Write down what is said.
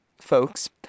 folks